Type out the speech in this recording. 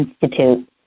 Institute